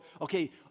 okay